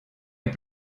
est